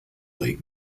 lake